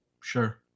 Sure